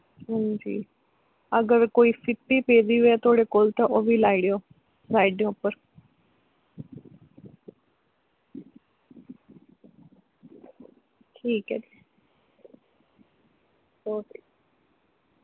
हां जी अगर कोई फित्ती पेदी होऐ तोआड़े कोल ते ओह् बी लाई ओड़ेओ साईडै उप्पर ठीक ऐ ओके